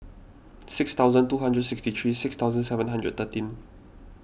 six thousand two hundred sixty three six thousand seven hundred thirteen